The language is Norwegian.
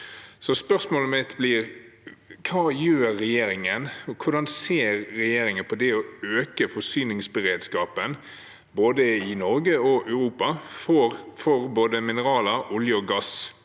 spørsmålet mitt blir: Hva gjør regjeringen, og hvordan ser regjeringen på det å øke forsyningsberedskapen, i både Norge og Europa, for både mineraler, olje og gass